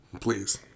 please